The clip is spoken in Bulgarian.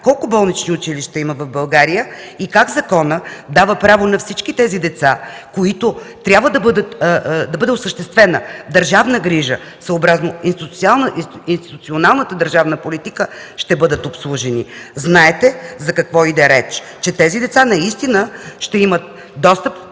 колко болнични училища има в България, и как законът дава право на всички тези деца, за които трябва да бъде осъществена държавна грижа, съобразно институционалната държавна политика, ще бъдат обслужени. Знаете за какво иде реч – че тези деца наистина ще имат достъп